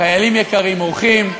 חיילים יקרים, אורחים,